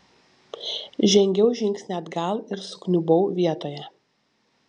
žengiau žingsnį atgal ir sukniubau vietoje